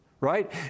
right